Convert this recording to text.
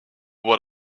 what